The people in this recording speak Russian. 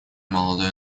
молодое